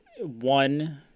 one